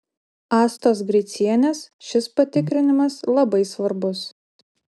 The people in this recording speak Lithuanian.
astos gricienės šis patikrinimas labai svarbus